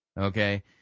Okay